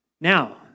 Now